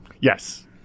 Yes